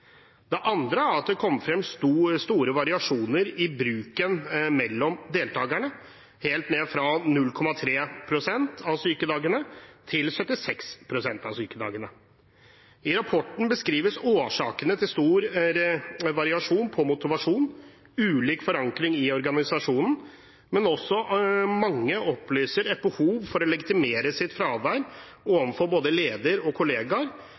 Det andre er at det kom fram store variasjoner i bruken mellom deltakerne, helt fra 0,3 pst. av sykedagene til 76 pst. av sykedagene. I rapporten beskrives årsakene til stor variasjon i motivasjon ulik forankring i organisasjonen, men mange opplyser også et behov for å legitimere sitt fravær overfor både leder og kollegaer,